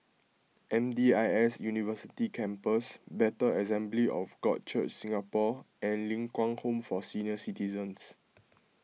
M D I S University Campus Bethel Assembly of God Church Singapore and Ling Kwang Home for Senior Citizens